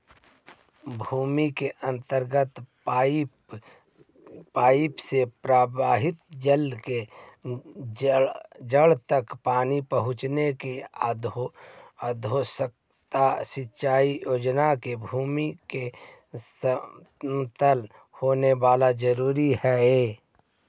भूमि के अंदर पाइप से प्रवाहित जल से जड़ तक पानी पहुँचावे के अधोसतही सिंचाई योजना में भूमि के समतल होवेला जरूरी हइ